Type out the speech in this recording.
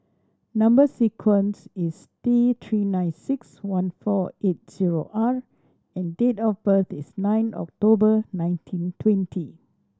number sequence is T Three nine six one four eight zero R and date of birth is nine October nineteen twenty